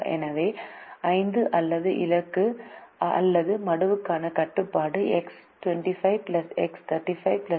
எனவே 5 அல்லது இலக்கு அல்லது மடுவுக்கான கட்டுப்பாடு X25 X35 X45 f